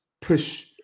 push